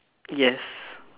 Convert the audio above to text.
yes